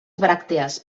bràctees